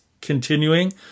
continuing